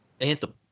Anthem